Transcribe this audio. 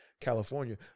California